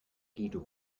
guido